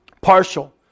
partial